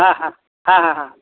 হ্যাঁ হ্যাঁ হ্যাঁ হ্যাঁ হ্যাঁ